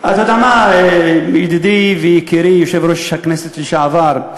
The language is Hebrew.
אתה יודע מה, ידידי ויקירי יושב-ראש הכנסת לשעבר?